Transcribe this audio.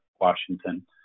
Washington